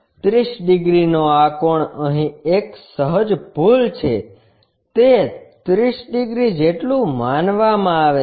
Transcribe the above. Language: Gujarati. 30 ડિગ્રીનો આ કોણ અહીં એક સહજ ભૂલ છે તે 30 ડિગ્રી જેટલું માનવામાં આવે છે